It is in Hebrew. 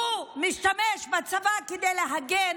הוא משתמש בצבא כדי להגן,